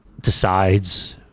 decides